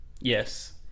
Yes